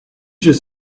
should